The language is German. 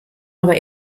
aber